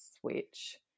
switch